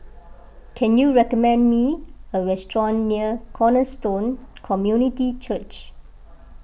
can you recommend me a restaurant near Cornerstone Community Church